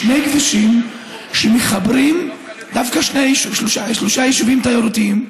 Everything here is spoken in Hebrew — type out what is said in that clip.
יש שני כבישים שמחברים דווקא שלושה יישובים תיירותיים,